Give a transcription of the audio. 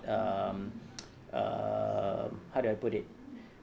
um err how do I put it